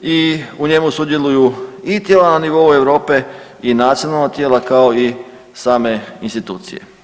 i u njemu sudjeluju i tijela na nivou Europe i nacionalna tijela kao i same institucije.